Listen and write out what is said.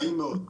נעים מאוד.